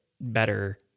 better